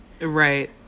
Right